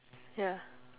ya